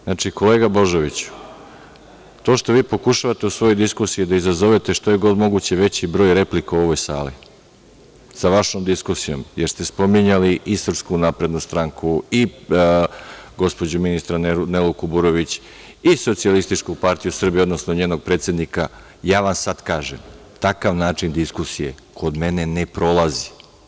Znači, kolega Božoviću, to što vi pokušavate da u svojoj diskusiji izazovete što je god moguće veći broj replika u ovoj sali sa vašom diskusijom, jer ste spominjali i SNS i gospođu ministra Nelu Kuburović i SPS, odnosno njenog predsednika, ja vam sad kažem takav način diskusije kod mene ne prolazi.